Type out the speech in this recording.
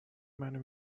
منو